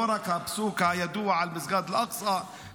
לא רק הפסוק הידוע על מסגד אל-אקצה,